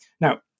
Now